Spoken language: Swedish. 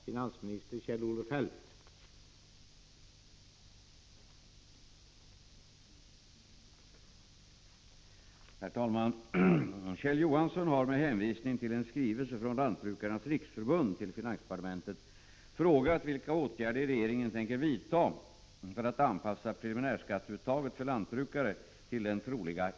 Finansministern ger visserligen inte något besked om hur man kan tänkas förfara, men jag utgår från att finansministern instämmer i att inkomstökningen för lantbrukarna för närvarande inte är sådan att ett så högt preliminärskatteuttag som nämns i svaret är berättigat.